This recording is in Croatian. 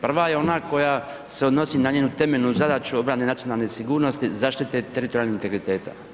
Prva je ona koja se odnosi na njenu temeljnu zadaću obrane nacionalne sigurnosti, zaštite teritorijalnog integriteta.